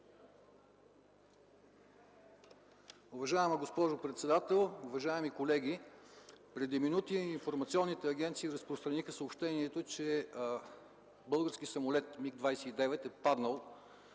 Уважаема госпожо председател, уважаеми колеги! Преди минути информационните агенции разпространиха съобщението, че български самолет „МиГ-29” е паднал